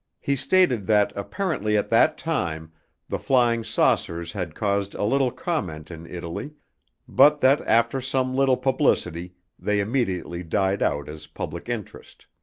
he stated that apparently at that time the flying saucers had caused a little comment in italy but that after some little publicity they immediately died out as public interest.